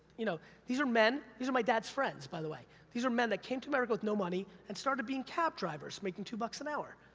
you know? these are men, these are my dad's friends, by the way, these are men that came to america with no money, and started being cab drivers, making two bucks an hour.